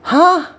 !huh!